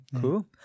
cool